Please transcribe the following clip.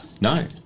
No